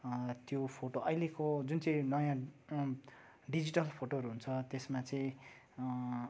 त्यो फोटो अहिलेको जुन चाहिँ नयाँ डिजिटल फोटोहरू हुन्छ त्यसमा चाहिँ